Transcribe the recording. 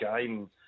game